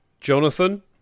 jonathan